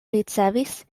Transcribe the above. ricevis